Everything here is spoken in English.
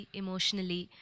emotionally